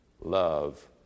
Love